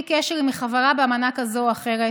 קשר אם היא חברה באמנה כזאת או אחרת.